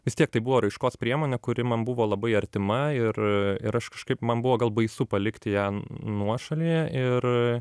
vis tiek tai buvo raiškos priemonė kuri man buvo labai artima ir ir aš kažkaip man buvo gal baisu palikti ją nuošalyje ir